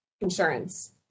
insurance